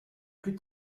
plus